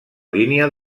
línia